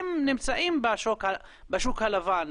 הם נמצאים בשוק הלבן,